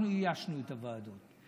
אנחנו איישנו את הוועדות.